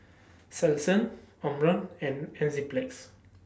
Selsun Omron and Enzyplex